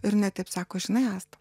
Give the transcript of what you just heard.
ir jinai taip sako žinai asta